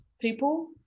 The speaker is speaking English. people